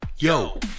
Yo